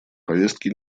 повестке